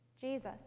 Jesus